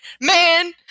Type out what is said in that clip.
man